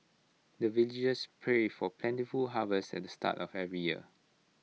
the villagers pray for plentiful harvest at the start of every year